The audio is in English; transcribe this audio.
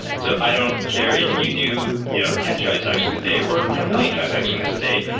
so i don't care if you do you know ten transactions a day or ten million transactions a day,